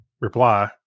reply